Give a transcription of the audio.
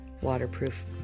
waterproof